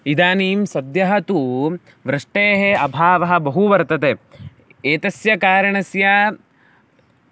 इदानीं सद्यः तु वृष्टेः अभावः बहु वर्तते एतस्य कारणस्य